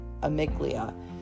amygdala